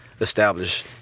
establish